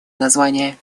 название